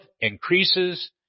increases